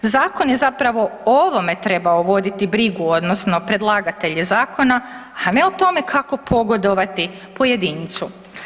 Zakon je zapravo o ovome trebao voditi brigu, odnosno predlagatelj zakona, a ne o tome kako pogodovati pojedincu.